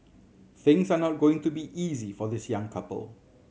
things are not going to be easy for this young couple